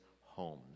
homes